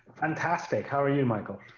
fantastic! how are you, michael?